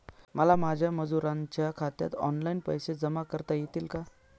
मला माझ्या मजुरांच्या खात्यात ऑनलाइन पैसे जमा करता येतील का?